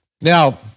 Now